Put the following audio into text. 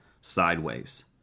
sideways